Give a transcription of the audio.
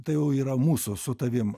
tai jau yra mūsų su tavim